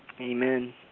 Amen